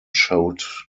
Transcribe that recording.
showed